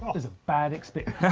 it was a bad experience. yeah